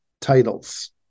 titles